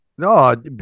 No